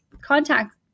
contact